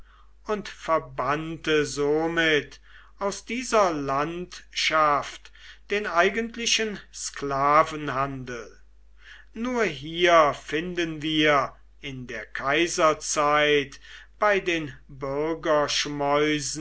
und verbannte somit aus dieser landschaft den eigentlichen sklavenhandel nur hier finden wir in der kaiserzeit bei den